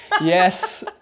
Yes